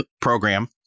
program